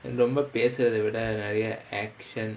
ரொம்ப பேசுறது விட நிறையா:romba paesurathu vida niraiyaa action